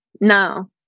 No